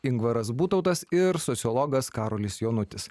ingvaras butautas ir sociologas karolis jonutis